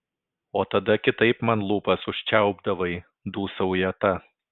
o tada kitaip man lūpas užčiaupdavai dūsauja ta